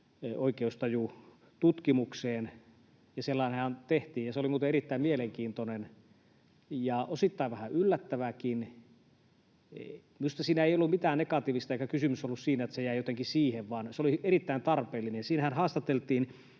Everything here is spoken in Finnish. oikeustajututkimukseen. Sellainenhan tehtiin, ja se oli muuten erittäin mielenkiintoinen ja osittain vähän yllättäväkin. Minusta siinä ei ollut mitään negatiivista, eikä kysymys ollut siitä, että se jäi jotenkin siihen, vaan se oli erittäin tarpeellinen. Siinähän haastateltiin